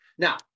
Now